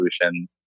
solution